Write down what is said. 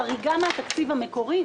מיליארד שקלים חריגה מהתקציב המקורי.